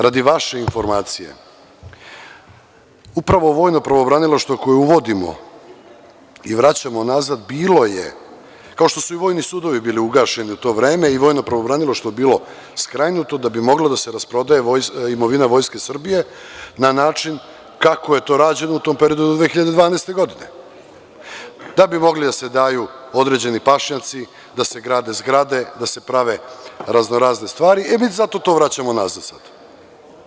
Radi vaše informacije, vojno pravobranilaštvo koje uvodimo i vraćamo nazad bilo je, kao što su i vojni sudovi bili ugašeni u to vreme, skrajnuto da bi mogla da se rasprodaje imovina Vojske Srbije na način kako je to rađeno u tom periodu do 2012. godine, da bi mogli da se daju određeni pašnjaci, da se grade zgrade, da se prave razno-razne stvari, e mi zato to vraćamo nazad sada.